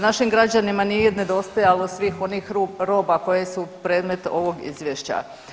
Našim građanima nije nedostajalo svih onih roba koje su predmet ovog izvješća.